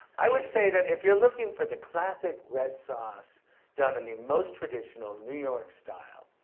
i would say that if you're looking for the classic red sauce done in the most traditional new york style,